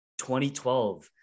2012